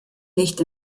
nicht